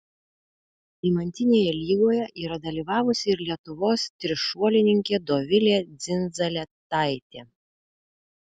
deimantinėje lygoje yra dalyvavusi ir lietuvos trišuolininkė dovilė dzindzaletaitė